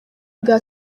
bwa